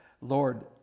Lord